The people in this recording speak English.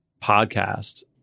podcast